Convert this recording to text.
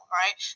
right